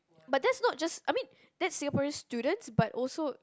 but that's not just I mean that's Singaporean's students but also